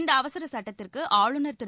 இந்த அவசர சுட்டத்திற்கு ஆளுநர் திரு